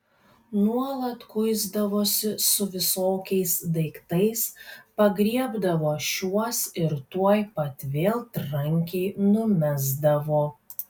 nuolat kuisdavosi su visokiais daiktais pagriebdavo šiuos ir tuoj pat vėl trankiai numesdavo